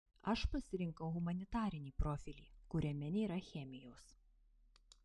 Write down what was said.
aš pasirinkau humanitarinį profilį kuriame nėra chemijos